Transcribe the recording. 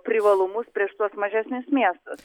privalumus prieš tuos mažesnius miestus